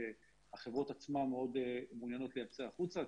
שהחברות עצמן מאוד מעוניינות לייצא החוצה.